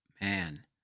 man